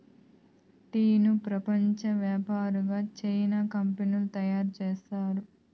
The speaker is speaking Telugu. టీను ప్రపంచ వ్యాప్తంగా చానా కంపెనీలు తయారు చేస్తున్నాయి